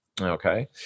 okay